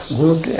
good